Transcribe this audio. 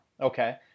okay